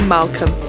Malcolm